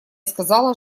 сказала